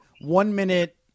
one-minute